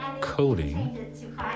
coding